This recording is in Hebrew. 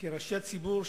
כראשי הציבור,